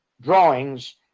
drawings